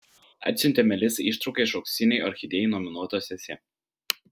atsiuntė melisai ištrauką iš auksinei orchidėjai nominuotos esė